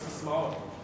זה ססמאות.